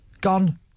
Gone